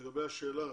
לגבי השאלה